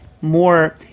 more